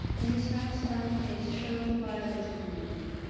and his half-stunned face showed the violence of the blow.